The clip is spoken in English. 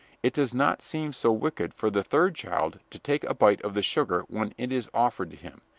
it does not seem so wicked for the third child to take a bite of the sugar when it is offered to him,